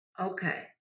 Okay